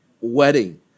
wedding